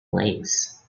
lakes